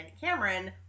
Cameron